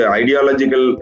ideological